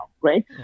right